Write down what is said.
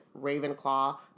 Ravenclaw